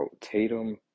Tatum